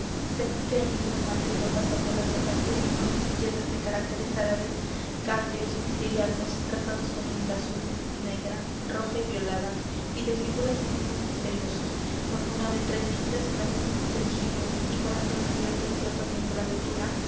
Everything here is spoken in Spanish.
según que el nigromante iba pasando las hojas del libro llenas de caracteres árabes caldeos y siriacos trazados con tinta azul negra roja y violada y de figuras y signos misteriosos murmuraba entre dientes frases ininteligibles y parando de cierto en cierto tiempo la lectura